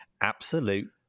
absolute